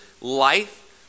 life